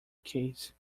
case